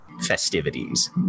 festivities